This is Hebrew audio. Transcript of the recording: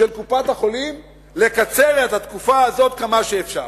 של קופת-החולים הוא לקצר את התקופה הזאת כמה שאפשר.